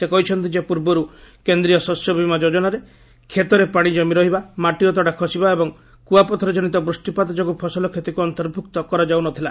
ସେ କହିଛନ୍ତି ଯେ ପୂର୍ବରୁ କେନ୍ଦ୍ରୀୟ ଶସ୍ୟ ବୀମା ଯୋଜନାରେ କ୍ଷେତରେ ପାଣି କମି ରହିବା ମାଟି ଅତଡା ଖସିବା ଏବଂ କୁଆପଥର ଜନିତ ବୃଷ୍ଟିପାତ ଯୋଗୁଁ ଫସଲ କ୍ଷତିକୁ ଅନ୍ତର୍ଭୁକ୍ତ କରାଯାଉ ନ ଥିଲା